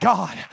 God